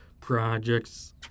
projects